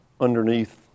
Underneath